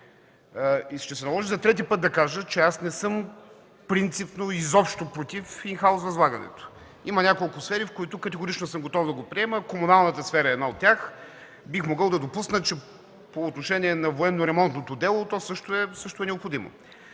Ще се наложи за трети път да кажа, че не съм принципно изобщо против „ин хаус” възлагането. Има няколко сфери, за които съм категорично готов да го приема – комуналната сфера е една от тях. Бих могъл да допусна, че по отношение на военно-ремонтното дело, то също е необходимо.